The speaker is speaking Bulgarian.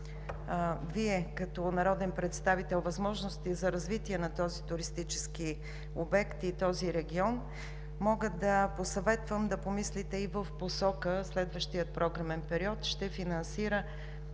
Вие като народен представител, търсейки възможности за развитие на този туристически обект и регион, мога да посъветвам да помислите и в посока – следващият програмен период. Оперативна